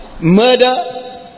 murder